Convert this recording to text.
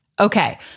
Okay